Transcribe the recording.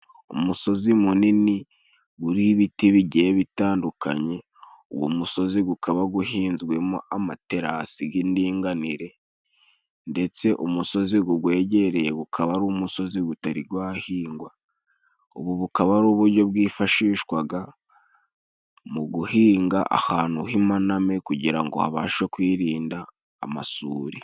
Umusozi munini guriho ibiti bigiye bitandukanye. Uwo musozi gukaba guhinzwemo amaterasi g'indinganire. Ndetse umusozi gugwegereye gukaba ari umusozi gutari gwahingwa, ubu bukaba ari uburyo bwifashishwaga mu guhinga. Ahantu h'impaname kugira ngo habashe kwirinda amasuri.